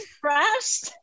crashed